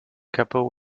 couple